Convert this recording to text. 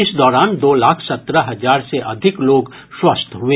इस दौरान दो लाख सत्रह हजार से अधिक लोग स्वस्थ हुए